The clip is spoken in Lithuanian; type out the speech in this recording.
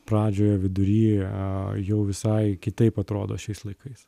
pradžioje vidury a jau visai kitaip atrodo šiais laikais